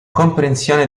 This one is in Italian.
comprensione